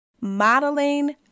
modeling